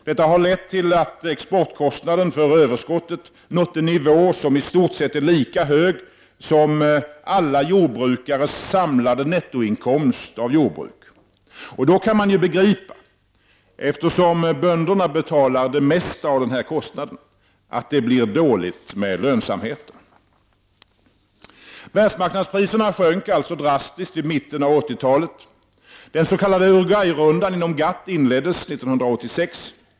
Detta har lett till att exportkostnaden för överskottet nått en nivå som i stort sett är lika hög som alla jordbrukares samlade nettoinkomst av jordbruk. Då kan man ju, eftersom bönderna betalar det mesta av denna kostnad, begripa att det blir dåligt med lönsamheten. Världsmarknadspriserna sjönk alltså drastiskt vid mitten av 80-talet. Den s.k. Uruguay-rundan inom GATT inleddes 1986.